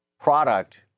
product